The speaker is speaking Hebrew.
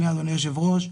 כיושב-ראש.